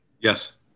Yes